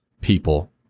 people